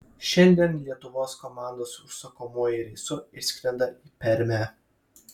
šiandien lietuvos komandos užsakomuoju reisu išskrenda į permę